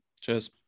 Cheers